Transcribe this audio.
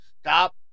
stop